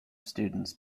students